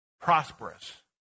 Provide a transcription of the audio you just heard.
prosperous